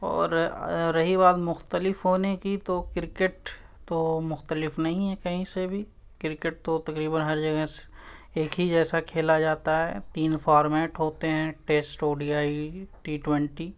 اور رہی بات مختلف ہونے کی تو کرکٹ تو مختلف نہیں ہے کہیں سے بھی کرکٹ تو تقریباً ہر جگہ ایک ہی جیسا کھیلا جاتا ہے تین فارمیٹ ہوتے ہیں test O D I T twenty